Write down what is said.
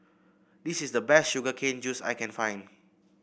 this is the best Sugar Cane Juice I can find